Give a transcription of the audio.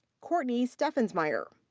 courtney steffensmeier.